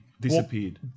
disappeared